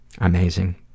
Amazing